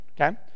Okay